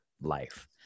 life